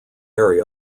area